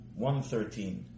113